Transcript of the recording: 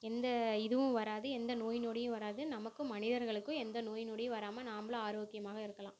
எந்த இதுவும் வராது எந்த நோய் நொடியும் வராது நமக்கும் மனிதர்களுக்கும் எந்த நோய் நொடியும் வராமல் நாம்மளும் ஆரோக்கியமாக இருக்கலாம்